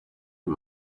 you